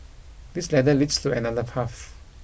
this ladder leads to another path